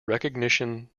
recognition